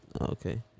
Okay